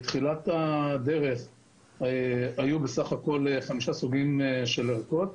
בתחילת הדרך היו בסך הכל חמישה סוגים של ערכות,